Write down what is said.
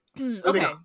okay